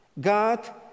God